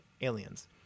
aliens